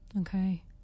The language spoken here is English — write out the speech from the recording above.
Okay